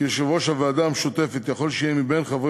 כי יושב-ראש הוועדה המשותפת יכול שיהיה מבין חברי